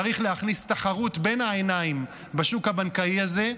צריך להכניס תחרות בין העיניים בשוק הבנקאי הזה.